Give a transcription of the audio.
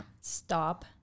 Stop